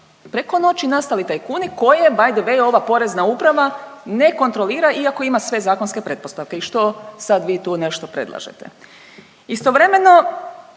preko noći nastali tajkuni koje by the way ova Porezna uprava ne kontrolira iako ima se zakonske pretpostavke i što sad vi tu nešto predlažete. Istovremeno